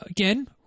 Again